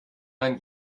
man